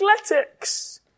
athletics